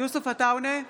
יוסף עטאונה,